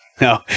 No